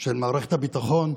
של מערכת הביטחון,